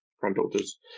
granddaughters